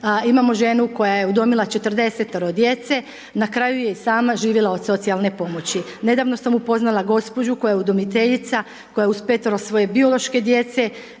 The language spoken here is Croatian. Imamo ženu koja je udomila 45-toro djece na kraju je i sama živjela od socijalne pomoći. Nedavno sam upoznala gospođu koja je udomiteljica koja uz 5-tero svoje biološke djece